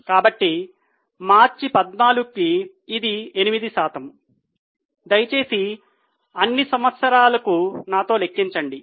కాబట్టి మార్చి 14 కి ఇది 8 శాతం దయచేసి అన్ని సంవత్సరాలు నాతో లెక్కించండి